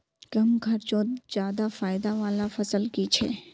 कम खर्चोत ज्यादा फायदा वाला फसल की छे?